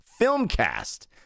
filmcast